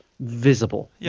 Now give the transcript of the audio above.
visible